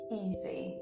easy